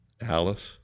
Alice